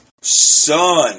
Son